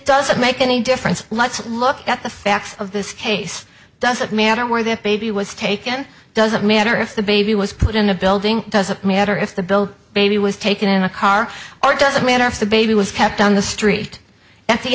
doesn't make any difference let's look at the facts of this case doesn't matter where the baby was taken doesn't matter if the baby was put in a building doesn't matter if the bill baby was taken in a car or does it matter if the baby was kept on the street at the